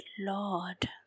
Lord